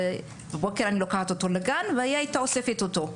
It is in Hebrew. בבוקר לקחתי אותו ואימא שלי הייתה אוספת אותו.